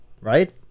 right